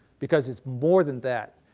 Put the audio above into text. because it's more than that.